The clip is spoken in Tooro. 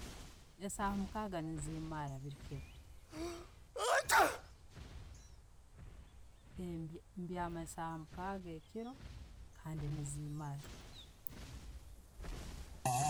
Esaaha mukaaga ne'zimara bulikiro, mbyama esaaha mukaaga ekiiro kandi nezimara.